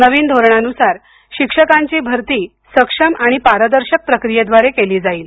नवीन धोरणानुसार शिक्षकांची भरती सक्षम आणि पारदर्शक प्रक्रियेद्वारे केली जाईल